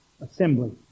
assembly